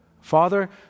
Father